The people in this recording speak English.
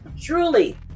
truly